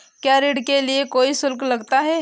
क्या ऋण के लिए कोई शुल्क लगता है?